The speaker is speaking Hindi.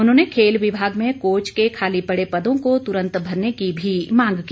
उन्होंने खेल विभाग में कोच के खाली पड़े पदों को तुरंत भरने की भी मांग की